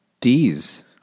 D's